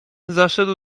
zaszedł